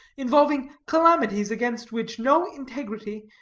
involving calamities against which no integrity,